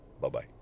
Bye-bye